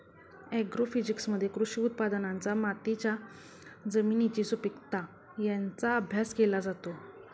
ॲग्रोफिजिक्समध्ये कृषी उत्पादनांचा मातीच्या जमिनीची सुपीकता यांचा अभ्यास केला जातो